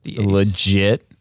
legit